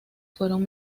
fueron